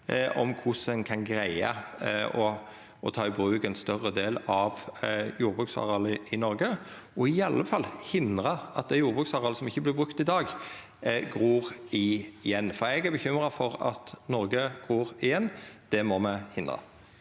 om korleis ein kan greia å ta i bruk ein større del av jordbruksarealet i Noreg, og i alle fall hindra at dei jordbruksareala som ikkje vert brukte i dag, gror igjen. Eg er bekymra for at Noreg gror igjen, det må me hindra.